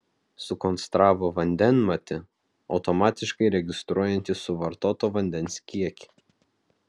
sukonstravo vandenmatį automatiškai registruojantį suvartoto vandens kiekį